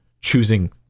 choosing